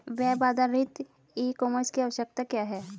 Web आधारित e commerce की आवश्यकता क्या है?